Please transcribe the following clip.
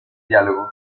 diálogo